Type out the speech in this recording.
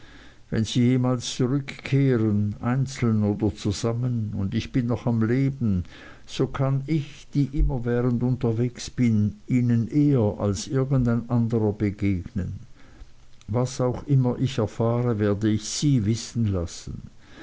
wenn sie jemals zurückkehren einzeln oder zusammen und ich bin noch am leben so kann ich die ich immerwährend unterwegs bin ihnen eher als irgend ein anderer begegnen was auch immer ich erfahre werde ich ihnen wissen lassen